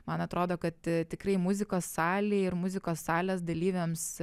man atrodo kad tikrai muzikos salė ir muzikos salės dalyviams